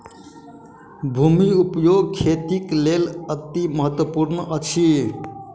भूमि उपयोग खेतीक लेल अतिमहत्त्वपूर्ण अछि